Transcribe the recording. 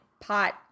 pot